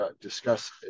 discuss